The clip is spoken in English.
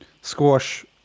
squash